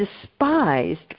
despised